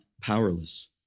powerless